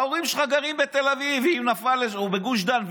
ההורים שלך גרים בתל אביב או בגוש דן,